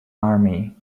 army